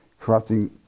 corrupting